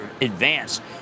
advanced